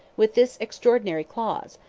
with this extraordinary clause,